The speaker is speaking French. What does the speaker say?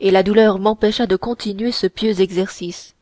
et la douleur m'empêcha de continuer ce pieux exercice